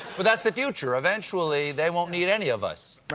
but that's the future. eventually they won't need any of us.